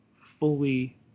fully